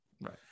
Right